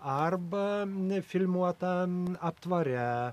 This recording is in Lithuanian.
arba ne filmuotam aptvare